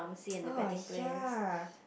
oh ya